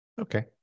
Okay